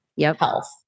health